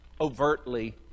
overtly